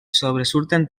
sobresurten